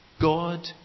God